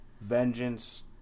vengeance